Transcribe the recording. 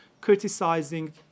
criticizing